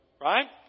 Right